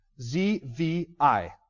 Z-V-I